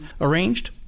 arranged